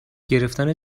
گرفتن